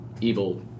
evil